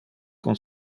con